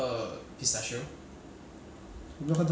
这样大 uh 真的是他的 scoop 就很小而已这样而已